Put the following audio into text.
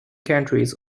countries